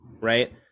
right